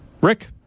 Rick